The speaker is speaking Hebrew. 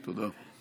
תודה.